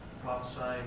prophesying